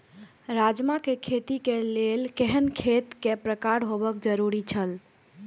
राजमा के खेती के लेल केहेन खेत केय प्रकार होबाक जरुरी छल?